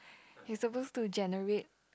you supposed to generate